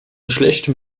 schlechtem